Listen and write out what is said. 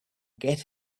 get